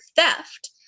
theft